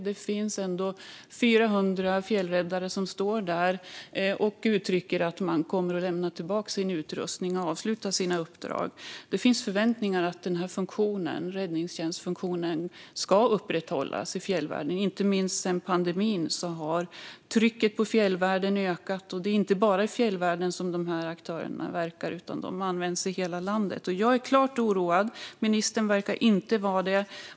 Det är 400 fjällräddare som uttrycker att de kommer att lämna tillbaka sin utrustning och avsluta sina uppdrag. Det finns förväntningar om att räddningstjänstfunktionen ska upprätthållas i fjällvärlden. Inte minst sedan pandemin har trycket på fjällvärlden ökat. Det är inte heller bara i fjällvärlden som dessa aktörer verkar, utan de används i hela landet. Jag är klart oroad. Ministern verkar inte vara det.